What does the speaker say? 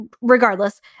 regardless